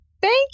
Thank